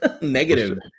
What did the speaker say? negative